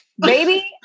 Baby